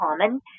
common